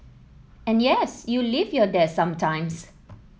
and yes you leave your desk sometimes